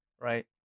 right